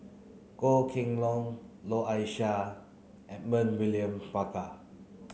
Goh Kheng Long Noor Aishah Edmund William Barker